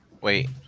Wait